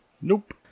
Nope